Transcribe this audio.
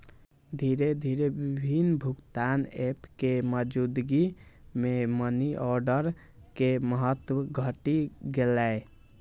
धीरे धीरे विभिन्न भुगतान एप के मौजूदगी मे मनीऑर्डर के महत्व घटि गेलै